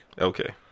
Okay